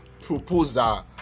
proposal